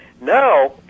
Now